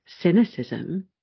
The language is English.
cynicism